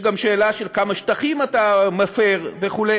יש גם שאלה של כמה שטחים אתה מפר וכו'.